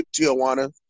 Tijuana